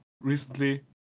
recently